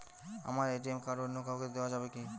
আমার ATM card অন্য কাউকে দেওয়া যাবে কি?